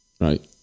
right